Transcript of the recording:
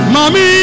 Mami